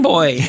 Boy